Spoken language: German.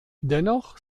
dennoch